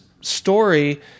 story